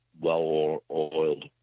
well-oiled